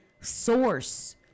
source